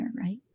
right